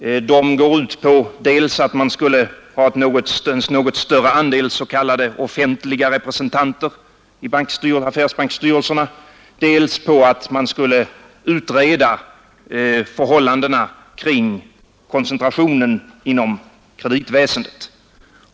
De går ut dels på att man skulle ha en något större andel s.k. offentliga representanter i affärsbanksstyrelserna, dels på att man skulle utreda förhållandena kring koncentrationen inom kreditväsendet.